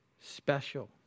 special